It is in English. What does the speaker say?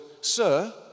sir